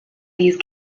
these